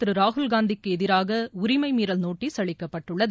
திரு ராகுல்காந்திக்கு எதிராக உரிமை மீறல் நோட்டீஸ் அளிக்கப்பட்டுள்ளது